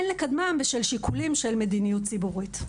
אין לקדמם בשל שיקולים של מדיניות ציבורית.